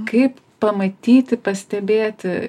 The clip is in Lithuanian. kaip pamatyti pastebėti